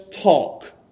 talk